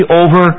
over